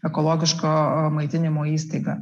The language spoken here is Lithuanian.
ekologiško maitinimo įstaigą